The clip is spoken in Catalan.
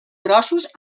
grossos